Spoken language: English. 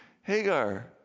Hagar